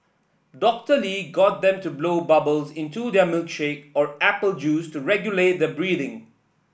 Doctor Lee got them to blow bubbles into their milkshake or apple juice to regulate their breathing